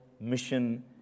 mission